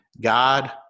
God